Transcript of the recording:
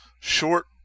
short